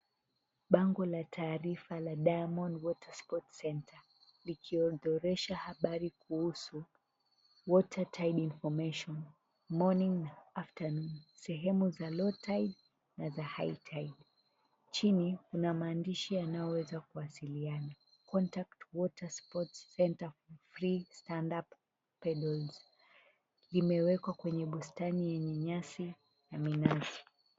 Bango la taarifa la Diamond Water Sports Center. Likiorodhesha habari kuhusu water tide information morning, afternoon. Sehemu za Low tide na za High tide. Chini na maandishi yanayoweza kuwasiliana. Imewekwa kwenye bustani yenye nyasi na minazi.